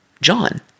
John